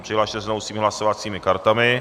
Přihlaste se znovu svými hlasovacími kartami.